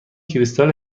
کریستال